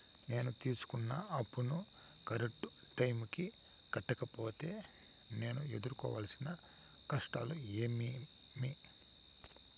నేను తీసుకున్న అప్పును కరెక్టు టైముకి కట్టకపోతే నేను ఎదురుకోవాల్సిన కష్టాలు ఏమీమి?